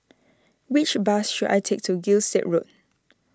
Which bus should I take to Gilstead Road